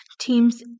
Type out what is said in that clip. Teams